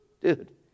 dude